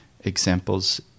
examples